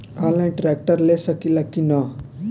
Online tractor ले सकीला कि न?